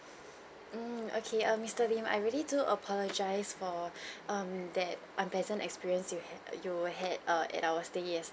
mm okay err mister lim I really do apologise for um that unpleasant experience you had you had err at our stay yest~